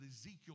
Ezekiel